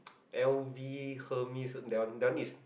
L_V Hermes that one that one is